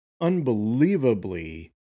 unbelievably